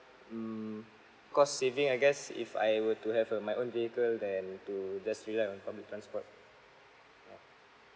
mm cost saving I guess if I were to have a my own vehicle than to just rely on public transport ya